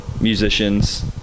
musicians